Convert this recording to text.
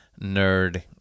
nerd